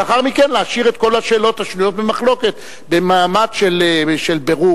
ולאחר מכן נשאיר את כל השאלות השנויות במחלוקת במעמד של בירור.